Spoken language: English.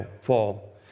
fall